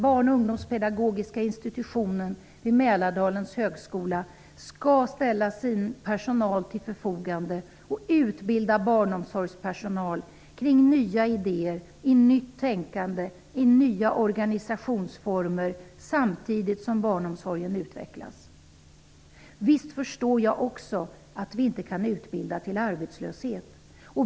Barnoch ungdomspedagogiska institutionen vid Mälardalens högskola skulle kunna ställa sin personal till förfogande och utbilda barnomsorgspersonal i nya idéer, nytänkande och nya organisationsformer samtidigt som barnomsorgen utvecklas. Visst förstår jag också att vi inte kan utbilda studenter till arbetslöshet.